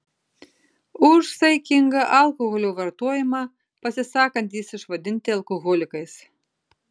už saikingą alkoholio vartojimą pasisakantys išvadinti alkoholikais